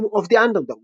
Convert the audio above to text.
Home of the Underdogs.